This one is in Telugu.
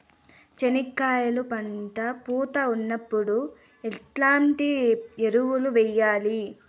చెనక్కాయలు పంట పూత ఉన్నప్పుడు ఎట్లాంటి ఎరువులు వేయలి?